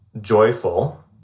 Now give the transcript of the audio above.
joyful